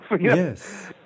Yes